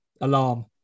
alarm